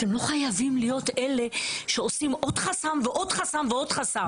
אתם לא חייבים להיות אלה שעושים עוד חסם ועוד חסם ועוד חסם.